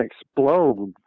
explode